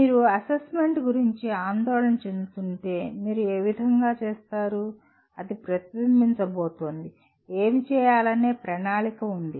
మీరు అసెస్మెంట్ గురించి ఆందోళన చెందుతుంటే మీరు ఏ విధంగా చేస్తారు అది ప్రతిబింబించబోతోంది ఏమి చేయాలనే ప్రణాళిక ఉంది